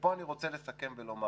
ופה אני רוצה לסכם ולומר